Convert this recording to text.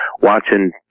watching